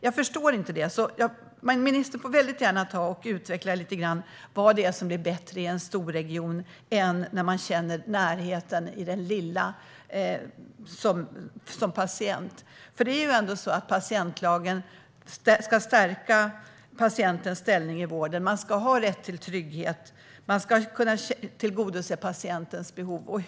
Jag förstår inte detta, så ministern får gärna utveckla vad som blir bättre i en storregion än när man som patient känner närheten i det lilla. Patientlagen ska ju trots allt stärka patientens ställning i vården. Man ska ha rätt till trygghet, och patientens behov ska kunna tillgodoses.